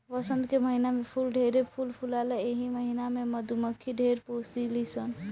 वसंत के महिना में फूल ढेरे फूल फुलाला एही महिना में मधुमक्खी ढेर पोसली सन